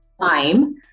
time